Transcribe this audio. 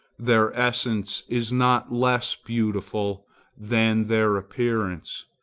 their essence is not less beautiful than their appearance,